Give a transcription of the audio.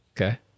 Okay